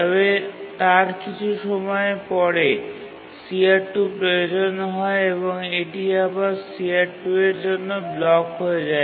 তবে তার কিছু সময়ের পরে CR2 প্রয়োজন হয় এবং এটি আবার CR2 এর জন্য ব্লক হয়ে যায়